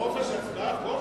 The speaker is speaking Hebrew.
חופש הצבעה פה?